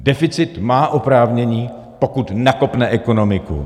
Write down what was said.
Deficit má oprávnění, pokud nakopne ekonomiku.